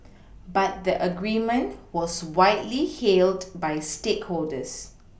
but the agreement was widely hailed by stakeholders